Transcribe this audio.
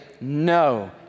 no